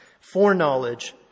foreknowledge